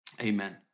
amen